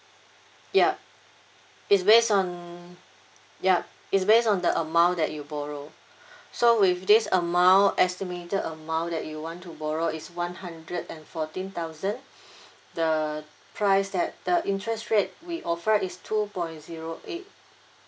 yup it's based on yup it's based on the amount that you borrow so with this amount estimated amount that you want to borrow is one hundred and fourteen thousand the price that the interest rate we offer is two point zero eight